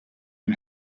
and